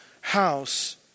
house